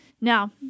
Now